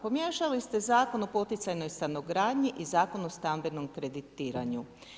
Pomiješali ste Zakon o poticajnoj stanogradnji i Zakon o stambenom kreditiranju.